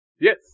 Yes